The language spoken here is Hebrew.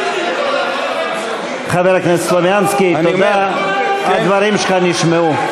חבר הכנסת סלומינסקי, תודה, הדברים שלך נשמעו.